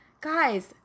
Guys